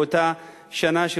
באותה שנה,